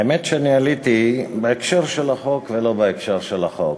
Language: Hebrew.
האמת שאני עליתי בהקשר של החוק ולא בהקשר של החוק.